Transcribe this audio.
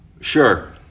Sure